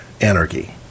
anarchy